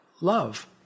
love